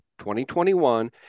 2021